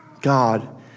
God